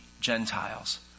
Gentiles